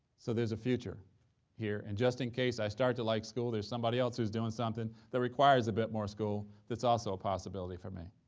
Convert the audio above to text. so there's a future here, and just in case i start to like school, there's somebody else who's doing something that requires a bit more school that's also a possibility for me,